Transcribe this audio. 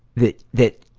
that, that,